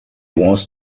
was